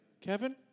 Kevin